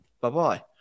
Bye-bye